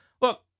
Look